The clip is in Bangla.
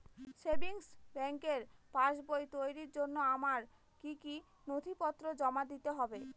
সেভিংস ব্যাংকের পাসবই তৈরির জন্য আমার কি কি নথিপত্র জমা দিতে হবে?